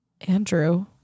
Andrew